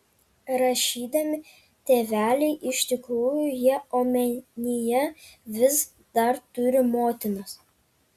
rašydami tėveliai iš tikrųjų jie omenyje vis dar turi motinas